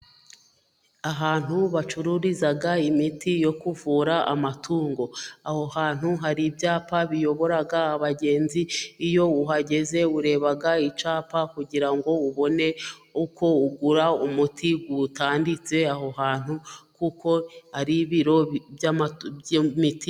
Ahantu bacururiza imiti yo kuvura amatungo, aho hantu hari ibyapa biyobora abagenzi, iyo uhageze ureba icyapa kugira ngo ubone uko ugura umuti uwutanditse aho hantu kuko ari ibiro by'imiti.